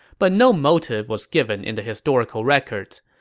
but no motive was given in the historical records.